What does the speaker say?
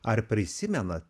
ar prisimenat